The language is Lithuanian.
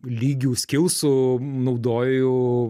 lygių skilsų naudoju